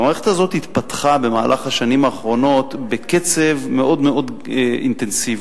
המערכת התפתחה במהלך השנים האחרונות בקצב מאוד מאוד אינטנסיבי